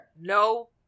No